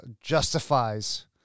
justifies